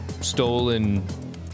stolen